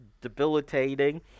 debilitating